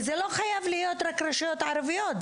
וזה לא חייב להיות רק רשויות ערביות,